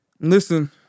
listen